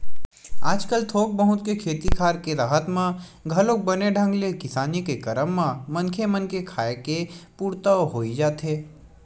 आजकल थोक बहुत के खेती खार के राहत म घलोक बने ढंग ले किसानी के करब म मनखे मन के खाय के पुरता होई जाथे